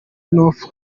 north